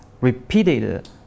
repeated